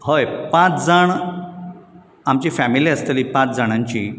हय पांच जाण आमची फेमिली आसतली पांच जाणांची